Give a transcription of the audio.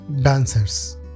dancers